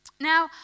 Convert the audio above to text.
Now